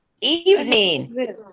evening